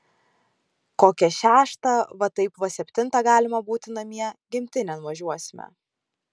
kokią šeštą va taip va septintą galima būti namie gimtinėn važiuosime